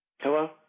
Hello